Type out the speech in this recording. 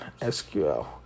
SQL